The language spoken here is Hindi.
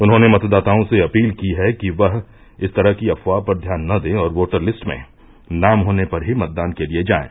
उन्होंने मतदाताओं से अपील की है कि वह इस तरह की अफ़वाह पर ध्यान न दें और बोटर लिस्ट में नाम होने पर ही मतदान के लिये जायें